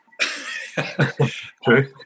True